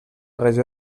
regió